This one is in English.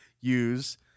use